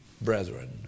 brethren